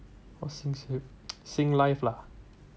what sing save Singlife lah